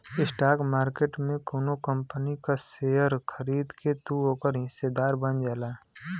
stock market में कउनो company क शेयर खरीद के तू ओकर हिस्सेदार बन जाला